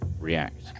react